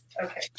Okay